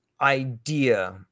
idea